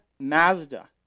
Mazda